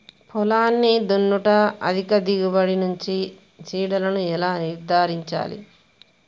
పొలాన్ని దున్నుట అధిక దిగుబడి నుండి చీడలను ఎలా నిర్ధారించాలి?